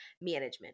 management